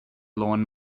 lawn